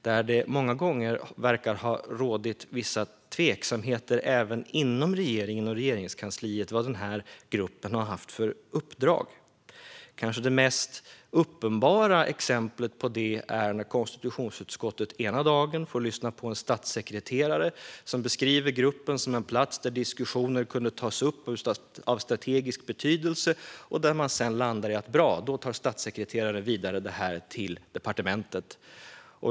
Det verkar många gånger ha rått vissa tveksamheter även inom regeringen och Regeringskansliet om vilket uppdrag den här gruppen har haft. Jag ska berätta om det kanske mest uppenbara exemplet på detta. Konstitutionsutskottet fick ena dagen lyssna på en statssekreterare som beskrev gruppen som en plats där diskussioner av strategisk betydelse kunde tas upp och där man sedan landade i att statssekreteraren skulle ta det vidare till departementet.